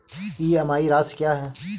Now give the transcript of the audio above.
EMI राशि क्या है?